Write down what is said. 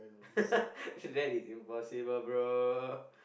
that is impossible bro